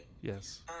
Yes